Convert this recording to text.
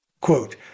quote